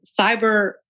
cyber